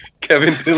Kevin